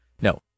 No